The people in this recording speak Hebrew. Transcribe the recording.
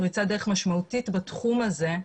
פריצת דרך משמעותית בתחום הזה,